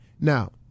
Now